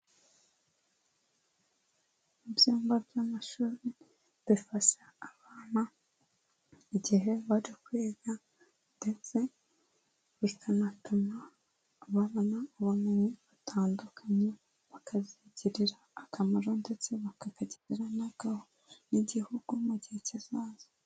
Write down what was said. Ibyumba by'amashuri bifasha abana igihe bari kwiga ndetse bikanatuma babona ubumenyi batandukanye bakazigirira akamaro ndetse bakakagira n'igihugu mu gihe kizaza.